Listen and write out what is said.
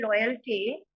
loyalty